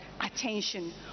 attention